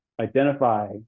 identify